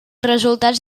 resultats